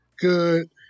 good